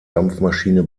dampfmaschine